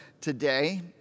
Today